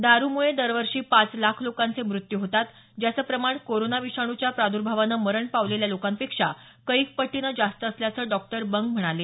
दारूमुळे दरवर्षी पाच लाख लोकांचे मृत्यू होतात ज्याचं प्रमाण कोरोना विषाणूच्या प्रादर्भावानं मरण पावलेल्या लोकांपेक्षा कैक पटीने जास्त असल्याचं डॉक्टर बंग म्हणाले